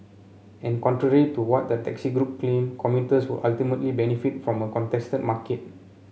and contrary to what the taxi group claim commuters would ultimately benefit from a contested market